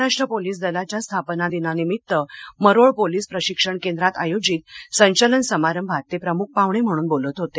Maharashtra police दलाच्या स्थापना दिनानिमित्त मरोळ पोलीस प्रशिक्षण केंद्रात आयोजित संचलन समारंभात ते प्रमुख पाहणे म्हणून बोलत होते